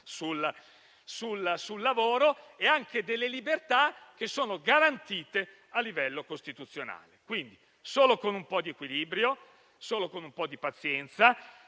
sul lavoro), o alcune libertà garantite a livello costituzionale. Quindi, solo con un po' di equilibrio e con un po' di pazienza